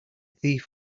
thief